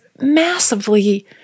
massively